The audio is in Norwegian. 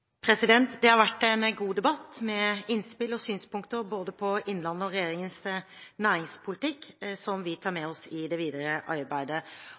synspunkter på både innlandet og regjeringens næringspolitikk, som vi tar med oss i det videre arbeidet.